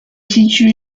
situé